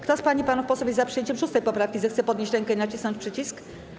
Kto z pań i panów posłów jest za przyjęciem 6. poprawki, zechce podnieść rękę i nacisnąć przycisk.